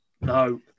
no